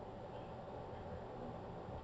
oh